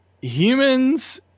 Humans